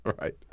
Right